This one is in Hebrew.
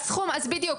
אז סכום, אז בדיוק.